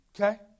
okay